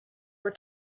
were